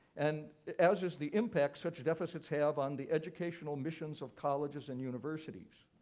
and as is the impact such deficits have on the educational missions of colleges and universities.